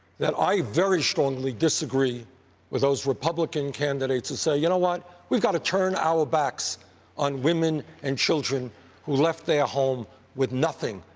that i very strongly disagree with those republican candidates who say, you know what, we've got to turn our backs on women and children who left their home with nothing,